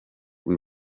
w’i